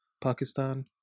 Pakistan